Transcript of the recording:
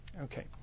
Okay